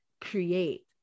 create